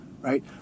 right